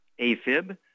AFib